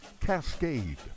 Cascade